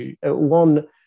one